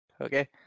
Okay